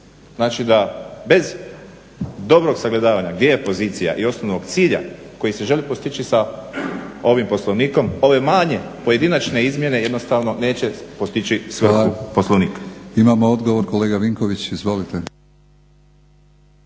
Znači da bez dobrog sagledavanja gdje je pozicija i osnovnog cilja koji se želi postići sa ovim Poslovnikom ove manje pojedinačne izmjene jednostavno neće postići svrhu Poslovnika. **Batinić, Milorad